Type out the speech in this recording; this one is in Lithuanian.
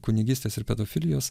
kunigystės ir pedofilijos